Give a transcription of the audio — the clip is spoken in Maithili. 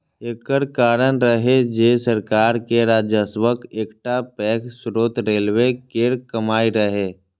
एकर कारण रहै जे सरकार के राजस्वक एकटा पैघ स्रोत रेलवे केर कमाइ रहै